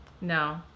No